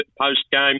post-game